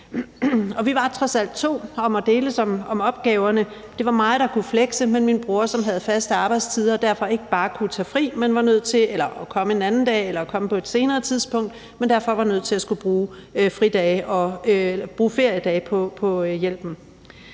vi var trods alt to om at deles om opgaverne. Det var mig, der kunne flekse, men min bror, som havde faste arbejdstider og derfor ikke bare kunne tage fri, men var nødt til at komme en anden dag eller komme på et senere tidspunkt og derfor var nødt til at skulle bruge feriedage på hjælpen.